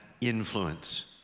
influence